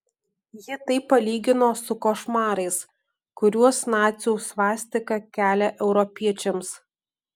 ji tai palygino su košmarais kuriuos nacių svastika kelia europiečiams